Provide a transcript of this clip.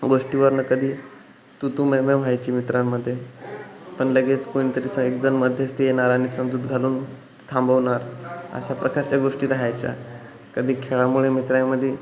गोष्टीवरनं कधी तूतू मैमै व्हायची मित्रांमध्ये पण लगेच कोणीतरी स एकजण मध्यस्ती येणार आणि समजूत घालून थांबवणार अशा प्रकारच्या गोष्टी राहायच्या कधी खेळामुळे मित्रामध्ये